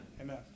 Amen